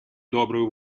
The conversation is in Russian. добрую